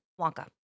Wonka